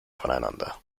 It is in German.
voneinander